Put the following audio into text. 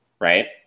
right